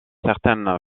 certaine